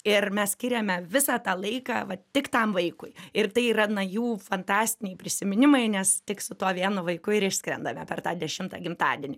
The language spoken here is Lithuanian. ir mes skiriame visą tą laiką va tik tam vaikui ir tai yra na jų fantastiniai prisiminimai nes tik su tuo vienu vaiku ir išskrendame per tą dešimtą gimtadienį